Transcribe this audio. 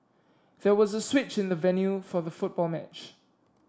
there was a switch in the venue for the football match